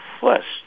first